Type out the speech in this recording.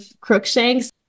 Crookshanks